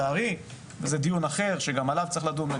זה עלול להוביל אותנו לפינוי יישובים.